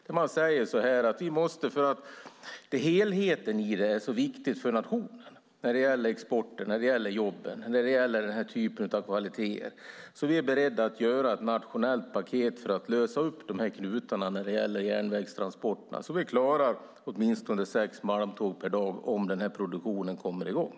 Varför inte säga att helheten i detta är så viktig för nationen när det gäller exporten, jobben och den typen av kvaliteter att vi är beredda att göra ett nationellt paket för att lösa upp dessa knutar när det gäller järnvägstransporterna, så att vi klarar minst sex malmtåg per dag om produktionen kommer i gång?